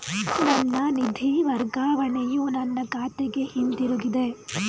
ನನ್ನ ನಿಧಿ ವರ್ಗಾವಣೆಯು ನನ್ನ ಖಾತೆಗೆ ಹಿಂತಿರುಗಿದೆ